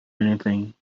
anything